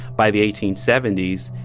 by the eighteen seventy s,